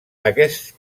aquest